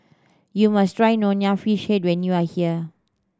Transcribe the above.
you must try Nonya Fish Head when you are here